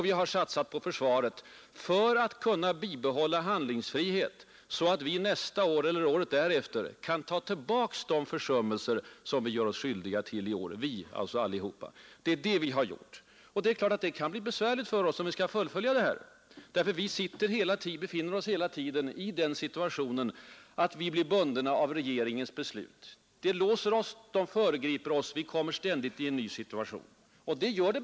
Vi har satsat på försvaret för att kunna bibehålla handlingsfrihet så att vi nästa år eller året därefter kan hämta igen de försummelser som regeringen gör sig skyldig till i år. Det är det vi har gjort. Helt naturligt kan det bli besvärligt för oss om vi skall fullfölja vår politik för åren framöver, bl.a. därför att vi alltid kommer att befinna oss i den situationen att vi blir bundna av regeringens beslut. De låser oss och föregriper våra ställningstaganden. Vi hamnar ständigt i nya situationer som vi inte kunnat utöva aktivt inflytande på.